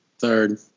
Third